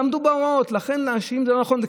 ועמדו בהוראות, לכן, להאשים זה לא נכון.